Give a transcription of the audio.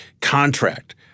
contract